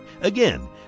Again